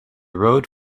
rode